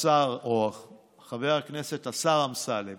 חבר הכנסת השר אמסלם